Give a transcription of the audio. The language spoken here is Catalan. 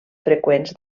freqüents